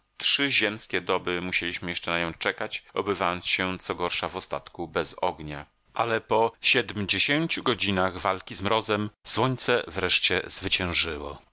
trzy ziemskie doby musieliśmy jeszcze na nią czekać obywając się co gorsza w ostatku bez ognia ale po siedmdziesięciu godzinach walki z mrozem słońce wreszcie zwyciężyło